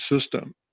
system